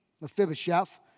Mephibosheth